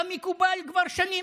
כמקובל כבר שנים.